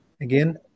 again